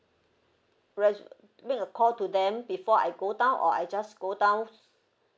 reserve make a call to them before I go down or I just go down